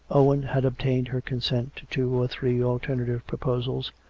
owen had obtained her consent to two or three alternative proposals,